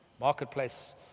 Marketplace